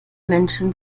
menschen